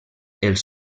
els